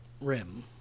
Rim